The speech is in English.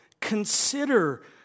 consider